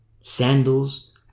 Sandals